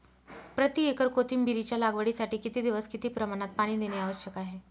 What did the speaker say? प्रति एकर कोथिंबिरीच्या लागवडीसाठी किती दिवस किती प्रमाणात पाणी देणे आवश्यक आहे?